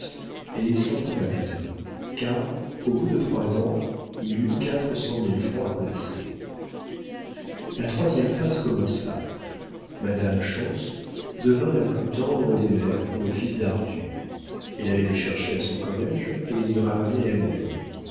et il s'en trouva bien car au bout de trois ans il eut quatre cent mille francs à placer la troisième phase commença madame schontz devint la plus tendre des mères pour le fils d'arthur elle allait le chercher à son collége et l'y ramenait elle-même